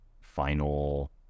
final